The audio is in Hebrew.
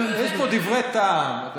יש פה דברי טעם.